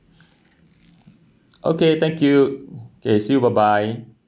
okay thank you K see you bye bye